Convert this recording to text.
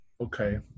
okay